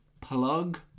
plug